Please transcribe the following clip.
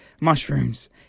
Mushrooms